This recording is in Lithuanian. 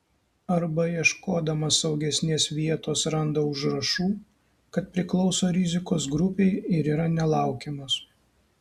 arba ieškodamas saugesnės vietos randa užrašų kad priklauso rizikos grupei ir yra nelaukiamas